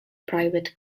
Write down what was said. private